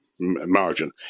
margin